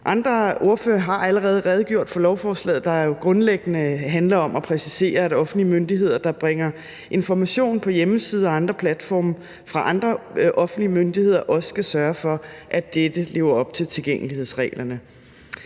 Andre ordførere har allerede redegjort for lovforslaget, der grundlæggende handler om at præcisere, at offentlige myndigheder, der bringer information på hjemmesider og andre platforme fra andre offentlige myndigheder, også skal sørge for, at dette lever op til tilgængelighedsreglerne.